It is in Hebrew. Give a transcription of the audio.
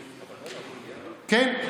כן.